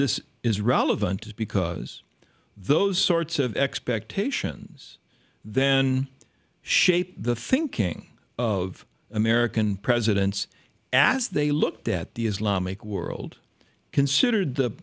this is relevant is because those sorts of expectations then shaped the thinking of american presidents as they looked at the islamic world considered the